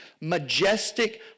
majestic